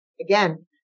Again